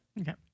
Okay